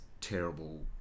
terrible